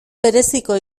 bereziko